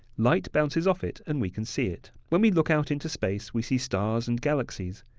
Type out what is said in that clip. light bounces off it, and we can see it. when we look out into space, we see stars and galaxies.